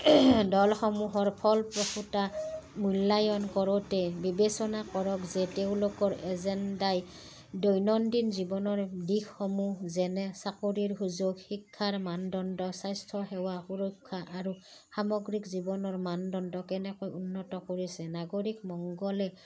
দলসমূহৰ ফলপ্ৰসূতা মূল্যায়ন কৰোঁতে বিবেচনা কৰক যে তেওঁলোকৰ এজেণ্ডাই দৈনন্দিন জীৱনৰ দিশসমূহ যেনে চাকৰিৰ সুযোগ শিক্ষাৰ মানদণ্ড স্বাস্থ্যসেৱা সুৰক্ষা আৰু সামগ্ৰিক জীৱনৰ মানদণ্ড কেনেকৈ উন্নত কৰিছে নাগৰিক মাংগলিক